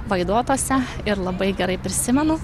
vaidotuose ir labai gerai prisimenu